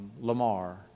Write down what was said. Lamar